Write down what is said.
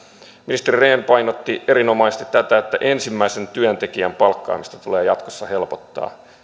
ministeri rehn painotti erinomaisesti tätä että ensimmäisen työntekijän palkkaamista tulee jatkossa helpottaa